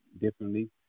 differently